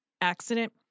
accident